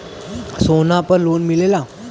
सोना पर लोन मिलेला?